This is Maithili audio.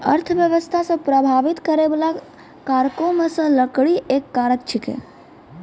अर्थव्यस्था रो प्रभाबित करै बाला कारको मे से लकड़ी एक कारक छिकै